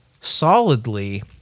solidly